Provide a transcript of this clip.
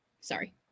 Sorry